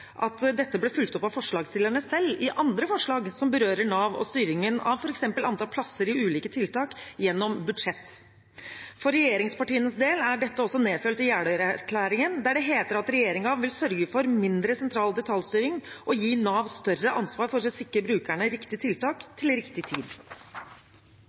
at dette ble fulgt opp av forslagsstillerne selv i andre forslag som berører Nav og styringen av f.eks. antall plasser i ulike tiltak gjennom budsjett. For regjeringspartienes del er dette også nedfelt i Jeløya-erklæringen, der det heter at regjeringen vil sørge for mindre sentral detaljstyring og gi Nav større ansvar for å sikre brukerne